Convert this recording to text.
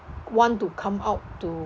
want to come out to